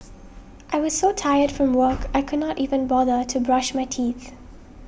I was so tired from work I could not even bother to brush my teeth